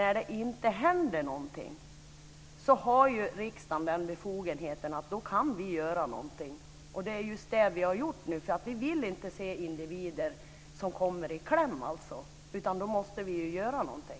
När ingenting händer har riksdagen befogenhet att göra någonting, och det har vi nu gjort. Vi vill inte se att individer kommer i kläm. Därför måste vi göra någonting.